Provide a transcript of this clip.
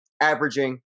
averaging